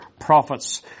prophets